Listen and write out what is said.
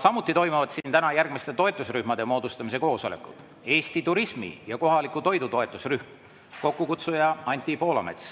Samuti toimuvad siin täna järgmiste toetusrühmade moodustamise koosolekud: Eesti turismi ja kohaliku toidu toetusrühm, kokkukutsuja Anti Poolamets;